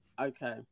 Okay